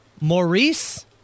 Maurice